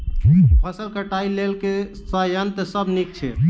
फसल कटाई लेल केँ संयंत्र सब नीक छै?